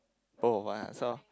both of us answer lorh